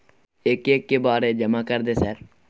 एक एक के बारे जमा कर दे सर?